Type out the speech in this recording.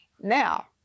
Now